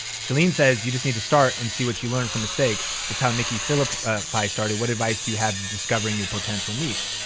chalene says you just need to start and see what you learn from mistakes. it's how nikki phillippi ah started. what advice do you have to discovering your potential niche?